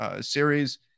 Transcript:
series